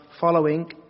following